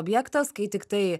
objektas kai tiktai